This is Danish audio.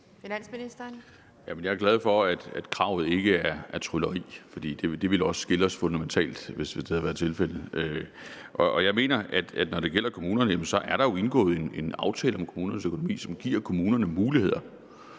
jeg er glad for, at kravet ikke er trylleri, for det ville skille os fundamentalt, hvis det havde været tilfældet. Når det gælder kommunerne, er der jo indgået en aftale om kommunernes økonomi, som giver kommunerne muligheder,